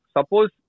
Suppose